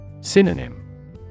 Synonym